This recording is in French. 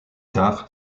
tard